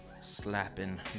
Slapping